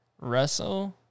Russell